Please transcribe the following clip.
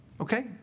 Okay